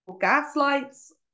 gaslights